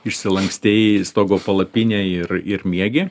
išsilankstei stogo palapinę ir ir miegi